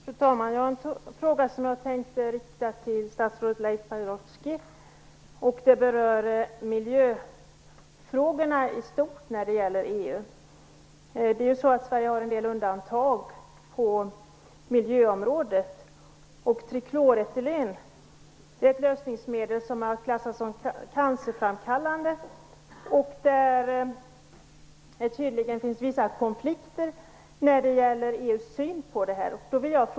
Fru talman! Jag har en fråga som jag tänkte rikta till statsrådet Leif Pagrotsky. Den rör miljöfrågorna i stort när det gäller EU. Sverige har en del undantag på miljöområdet. Trikloretylen är ett lösningsmedel som är klassat som cancerframkallande, och det finns tydligen vissa konflikter när det gäller EU:s syn på det.